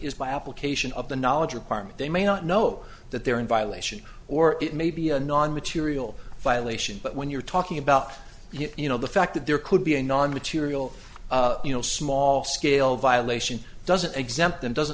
is by application of the knowledge requirement they may not know that they're in violation or it may be a non material violation but when you're talking about you know the fact that there could be a non material you know small scale violation doesn't exempt them doesn't